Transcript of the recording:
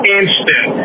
instant